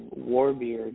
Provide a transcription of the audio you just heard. Warbeard